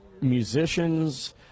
musicians